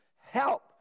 help